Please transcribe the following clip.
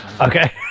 Okay